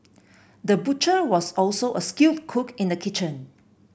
the butcher was also a skilled cook in the kitchen